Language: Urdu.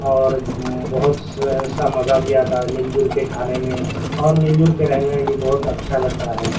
اور بہت سا مزہ بھی آتا ہے مل جل کے کھانے میں اور مل جل کے رہنے میں بھی بہت اچھا لگتا ہے